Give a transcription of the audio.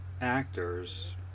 actors